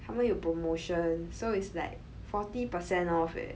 他们有 promotion so it's like forty percent off eh